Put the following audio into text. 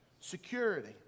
security